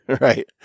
Right